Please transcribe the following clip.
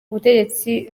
ubutegetsi